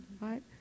right